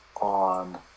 on